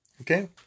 Okay